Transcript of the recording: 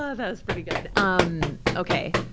ah that's pretty good. um okay.